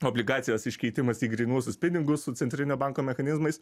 obligacijas iškeitimas į grynuosius pinigus su centrinio banko mechanizmais